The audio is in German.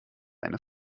eine